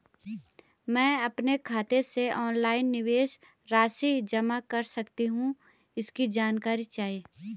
मैं अपने खाते से ऑनलाइन निवेश राशि जमा कर सकती हूँ इसकी जानकारी चाहिए?